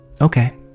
Okay